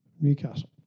Newcastle